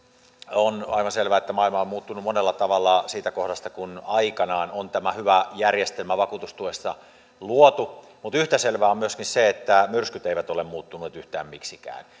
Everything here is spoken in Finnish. on aivan selvää että maailma on muuttunut monella tavalla siitä kohdasta kun aikanaan on tämä hyvä järjestelmä vakuutustuesta luotu mutta yhtä selvää on myöskin se että myrskyt eivät ole muuttuneet yhtään miksikään